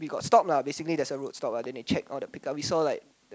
we got stopped lah basically there's a road stop ah then they check all the pick up we saw like